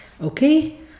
Okay